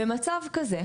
במצב כזה,